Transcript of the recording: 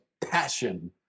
passion